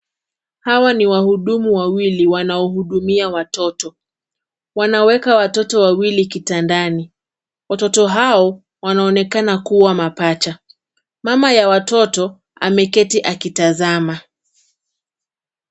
Hawa ni wahudumu wawili wanahudumia watoto. Wanaweka watoto wawili kitandani. Watoto hao wanaoonekana kuwa mapacha. Mama ya watoto ameketi akitazama.